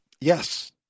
Yes